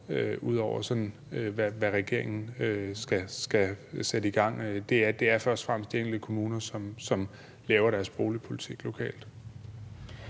ud over, hvad regeringen skal sætte i gang. Det er først og fremmest de enkelte kommuner, som laver deres boligpolitik lokalt.